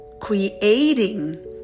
creating